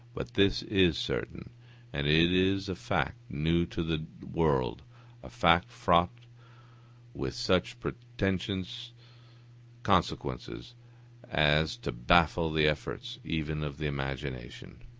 but this is certain and it is a fact new to the world a fact fraught with such portentous consequences as to baffle the efforts even of the imagination.